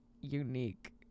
unique